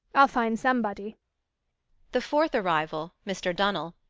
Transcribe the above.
i'll find somebody the fourth arrival, mr. dunnill,